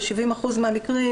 ב-70 אחוזים מהמקרים,